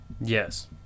Yes